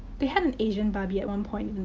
they had an asian barbie at one point,